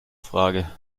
frage